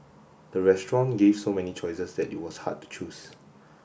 the restaurant gave so many choices that it was hard to choose